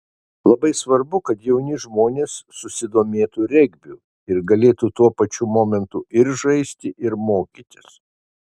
labai svarbu kad jauni žmonės susidomėtų regbiu ir galėtų tuo pačiu momentu ir žaisti ir mokytis